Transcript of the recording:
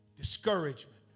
discouragement